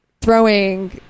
throwing